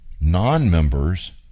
non-members